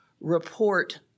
report